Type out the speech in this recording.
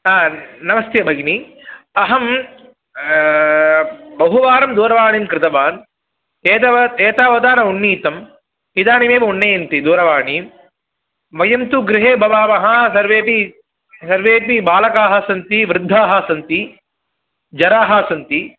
नमस्ते भगिनी अहं बहुवारं दूरवाणीं कृतवान् एतावत् एतावता न उन्नीतं इदानीमेव उन्नयन्ति दूरवाणीं मह्यं तु गृहे भवावः सर्वेपि सर्वेपि बालकाः सन्ति वृद्धाः सन्ति जराः सन्ति